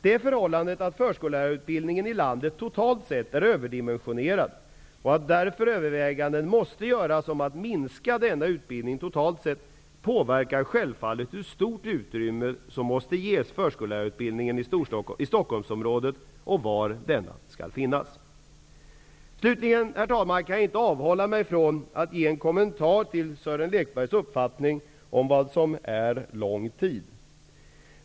Det förhållandet att förskollärarutbildningen i landet totalt sett är överdimensionerad och att därför överväganden måste göras om att minska denna utbildning påverkar självfallet hur stort utrymme som måste ges förskollärarutbildningen i Stockholmsområdet och var den skall finnas. Slutligen kan jag inte avhålla mig från att ge en kommentar till Sören Lekbergs uppfattning om vad som är lång tid.